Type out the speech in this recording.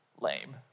lame